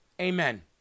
Amen